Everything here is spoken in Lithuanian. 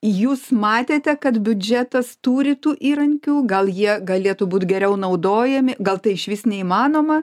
jūs matėte kad biudžetas turi tų įrankių gal jie galėtų būti geriau naudojami gal tai išvis neįmanoma